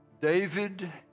David